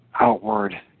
outward